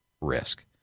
risk